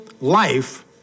life